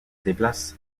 déplace